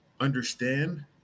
understand